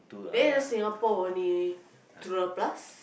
then you know Singapore only three dollar plus